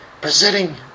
presenting